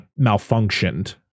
malfunctioned